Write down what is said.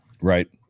right